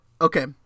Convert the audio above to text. Okay